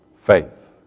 Faith